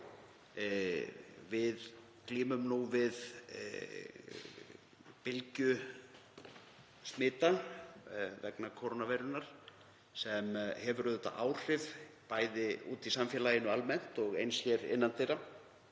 Við glímum nú við bylgju smita vegna kórónuveirunnar sem hefur auðvitað áhrif, bæði úti í samfélaginu almennt og eins hér innan dyra.